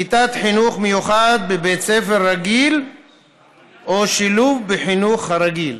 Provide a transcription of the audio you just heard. כיתת חינוך מיוחד בבית ספר רגיל או שילוב בחינוך הרגיל.